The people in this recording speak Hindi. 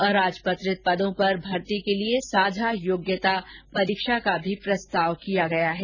अराजपत्रित पदों पर भर्ती के लिए साझा योग्यता परीक्षा का प्रस्ताव किया गया है